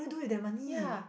yeah